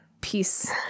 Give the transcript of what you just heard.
Peace